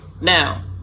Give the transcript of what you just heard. Now